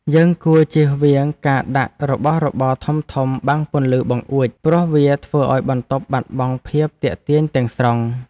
យើងគួរចៀសវាងការដាក់របស់របរធំៗបាំងពន្លឺបង្អួចព្រោះវាធ្វើឱ្យបន្ទប់បាត់បង់ភាពទាក់ទាញទាំងស្រុង។